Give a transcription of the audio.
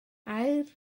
aur